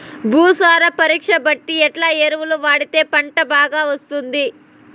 భూసార పరీక్ష బట్టి ఎట్లా ఎరువులు వాడితే పంట బాగా వస్తుంది?